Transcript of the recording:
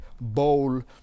bowl